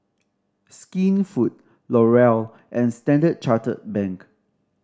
Skinfood L'Oreal and Standard Chartered Bank